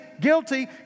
guilty